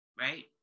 right